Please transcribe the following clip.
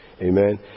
amen